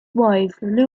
wife